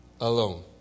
Alone